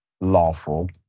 lawful